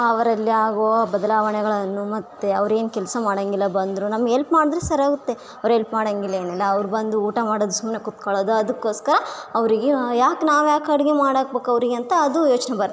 ಅವರಲ್ಲಿ ಆಗುವ ಬದಲಾವಣೆಗಳನ್ನು ಮತ್ತು ಅವ್ರೇನು ಕೆಲಸ ಮಾಡೋದಿಲ್ಲ ಬಂದರೂ ನಮ್ಗೆ ಹೆಲ್ಪ್ ಮಾಡಿದ್ರೆ ಸರಿ ಹೋಗುತ್ತೆ ಅವ್ರು ಹೆಲ್ಪ್ ಮಾಡೋದಿಲ್ಲ ಏನಿಲ್ಲ ಅವರು ಬಂದು ಊಟ ಮಾಡೋದು ಸುಮ್ನೆ ಕೂತ್ಕೊಳೋದು ಅದಕ್ಕೋಸ್ಕರ ಅವರಿಗೆ ಯಾಕೆ ನಾವ್ಯಾಕೆ ಅಡುಗೆ ಮಾಡಿ ಹಾಕ್ಬೇಕು ಅವರಿಗೆ ಅಂತ ಅದು ಯೋಚನೆ ಬರ್ತೆ